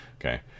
Okay